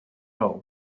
all